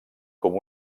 com